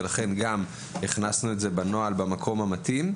ולכן גם הכנסנו את זה במקום המתאים בנוהל.